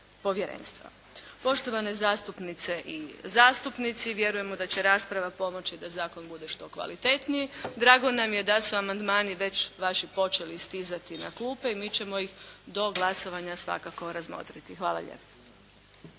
povjerenstva. Poštovane zastupnice i zastupnici, vjerujemo da će rasprava pomoći da zakon bude što kvalitetniji. Drago nam je da su amandmani već vaši počeli stizati na klupe i mi ćemo ih do glasovanja svakako razmotriti. Hvala lijepo.